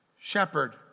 shepherd